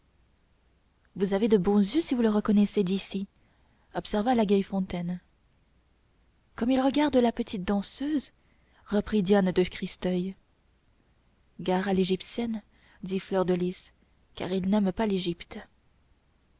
vous avez de bons yeux si vous le reconnaissez d'ici observa la gaillefontaine comme il regarde la petite danseuse reprit diane de christeuil gare à l'égyptienne dit fleur de lys car il n'aime pas l'égypte